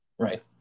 Right